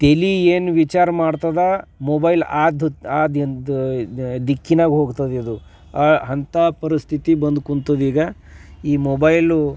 ತಲೆ ಏನು ವಿಚಾರ ಮಾಡ್ತದೆ ಮೊಬೈಲ್ ಅದು ದಿಕ್ಕಿನಾಗ ಹೋಗ್ತದೆ ಇದು ಆ ಅಂಥ ಪರಿಸ್ಥಿತಿ ಬಂದು ಕುಂತದೀಗ ಈ ಮೊಬೈಲು